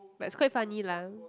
but is quite funny lah